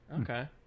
Okay